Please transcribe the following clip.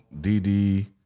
DD